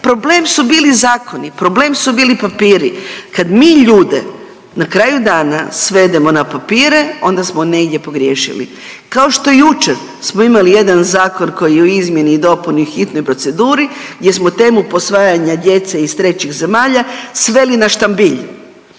problem su bili zakoni, problem su bili papiri. Kad mi ljude na kraju dana svedemo na papire onda smo negdje pogriješili. Kao što jučer smo imali jedan zakon koji je u izmjeni i dopuni u hitnoj proceduri gdje smo temu posvajanja djece iz trećih zemalja sveli na štambilj.